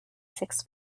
six